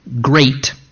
great